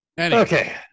Okay